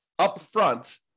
upfront